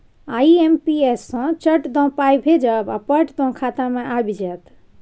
IMPS सँ चट दअ पाय भेजब आ पट दअ खाता मे आबि जाएत